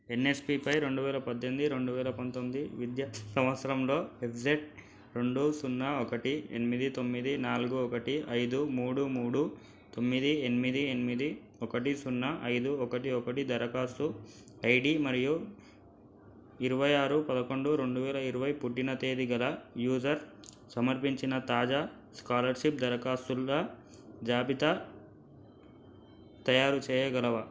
ఎన్ఎస్పిపై రెండువేల పద్దెంది రెండువేల పంతొమ్మిది విద్యా సంవత్సరంలో ఎఫ్జెడ్ రెండు సున్నా ఒకటి ఎనిమిది తొమ్మిది నాలుగు ఒకటి ఐదు మూడు మూడు తొమ్మిది ఎనిమిది ఎనిమిది ఒకటి సున్నా ఐదు ఒకటి ఒకటి దరఖాస్తు ఐడి మరియు ఇరవైఆరు పదకొండు రెండువేల ఐరవై పుట్టిన తేది గల యూజర్ సమర్పించిన తాజా స్కాలర్షిప్ దరఖాస్తుల జాబితా తయారుచేయగలవా